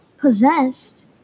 possessed